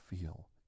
feel